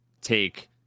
take